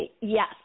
yes